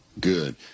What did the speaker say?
Good